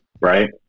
Right